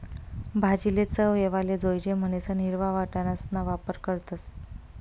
भाजीले चव येवाले जोयजे म्हणीसन हिरवा वटाणासणा वापर करतस